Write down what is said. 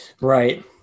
Right